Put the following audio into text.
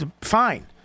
fine